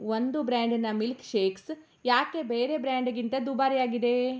ಒಂದು ಬ್ರ್ಯಾಂಡಿನ ಮಿಲ್ಕ್ಷೇಕ್ಸ್ ಯಾಕೆ ಬೇರೆ ಬ್ರ್ಯಾಂಡ್ಗಿಂತ ದುಬಾರಿ ಆಗಿದೆ